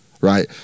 right